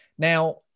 Now